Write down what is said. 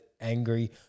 angry